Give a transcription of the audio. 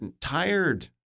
tired